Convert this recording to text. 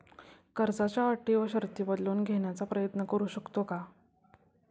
कर्जाच्या अटी व शर्ती बदलून घेण्याचा प्रयत्न करू शकतो का?